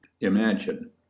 imagine